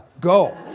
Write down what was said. go